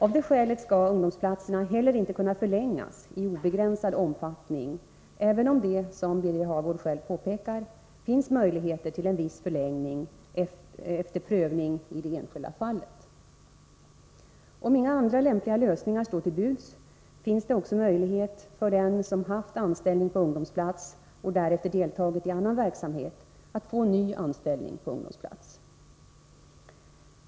Av det skälet skall ungdomsplatserna inte heller kunna förlängas i obegränsad omfattning även om det, som Birger Hagård själv påpekar, finns möjlighet till en viss förlängning efter prövning i det enskilda fallet. Om inga andra lämpliga lösningar står till buds, finns det också möjlighet för den som haft anställning på ungdomsplats och därefter deltagit i annan verksamhet att få ny anställning på ungdomsplats.